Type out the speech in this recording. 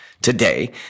today